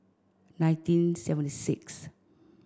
nineteen seventy sixth